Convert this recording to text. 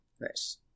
Nice